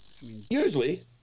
Usually